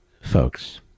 folks